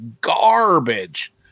garbage